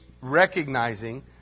recognizing